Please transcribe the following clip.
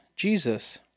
Jesus